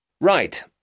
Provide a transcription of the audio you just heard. Right